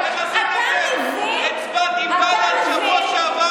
איך עשית את זה?